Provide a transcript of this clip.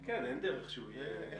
כן, אין דרך שהוא יהיה זה ברור.